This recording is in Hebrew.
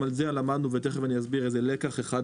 ותיכף אני אסביר לקח אחד,